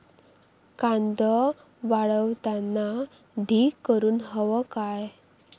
कांदो वाळवताना ढीग करून हवो काय?